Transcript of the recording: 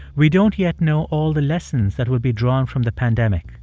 we don't yet know all the lessons that will be drawn from the pandemic.